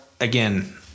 again